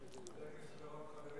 חבר הכנסת אורון,